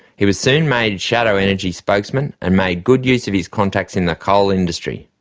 he was soon made shadow energy spokesman and made good use of his contacts in the coal industry.